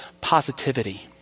positivity